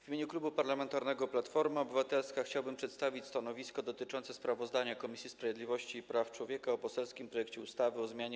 W imieniu Klubu Parlamentarnego Platforma Obywatelska chciałbym przedstawić stanowisko dotyczące sprawozdania Komisji Sprawiedliwości i Praw Człowieka o poselskim projekcie ustawy o zmianie